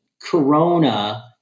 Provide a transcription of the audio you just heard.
Corona